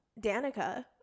Danica